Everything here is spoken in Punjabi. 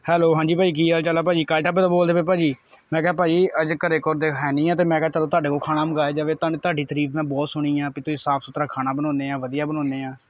ਹੈਲੋ ਹਾਂਜੀ ਭਾਅ ਜੀ ਕੀ ਹਾਲ ਚਾਲ ਹੈ ਭਾਅ ਜੀ ਅਕਾਲ ਢਾਬੇ ਤੋਂ ਬੋਲਦੇ ਪਏ ਭਾਅ ਜੀ ਮੈਂ ਕਿਹਾ ਭਾਅ ਜੀ ਅੱਜ ਘਰ ਘਰਦੇ ਹੈ ਨਹੀਂ ਆ ਅਤੇ ਮੈਂ ਕਿਹਾ ਚਲੋ ਤੁਹਾਡੇ ਕੋਲੋਂ ਖਾਣਾ ਮੰਗਵਾਇਆ ਜਾਵੇ ਤੁਹਾਨੂੰ ਤੁਹਾਡੀ ਤਰੀਫ ਮੈਂ ਬਹੁਤ ਸੁਣੀ ਹੈ ਵੀ ਤੁਸੀਂ ਸਾਫ਼ ਸੁਥਰਾ ਖਾਣਾ ਬਣਾਉਂਦੇ ਹੈ ਵਧੀਆ ਬਣਾਉਂਦੇ ਆ